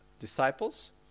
Disciples